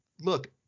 look